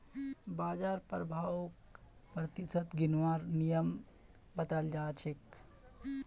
बाजार प्रभाउक प्रतिशतत गिनवार नियम बताल जा छेक